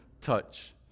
touch